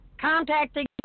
contacting